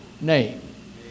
name